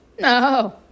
No